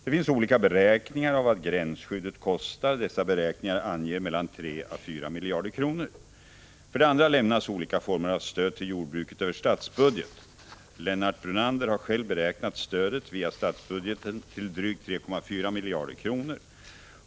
Det finns olika beräkningar av vad gränsskyddet kostar. Dessa beräkningar anger mellan 3 och 4 miljarder kronor. För det andra lämnas olika former av stöd till jordbruket över statsbudgeten. Lennart Brunander har själv beräknat stödet via statsbudgeten till drygt 3,4 miljarder kronor.